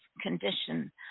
condition